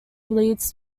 leads